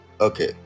okay